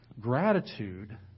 gratitude